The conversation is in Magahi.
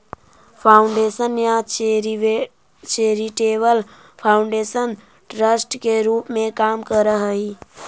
फाउंडेशन या चैरिटेबल फाउंडेशन ट्रस्ट के रूप में काम करऽ हई